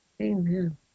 Amen